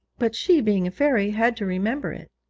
but she, being a fairy, had to remember it.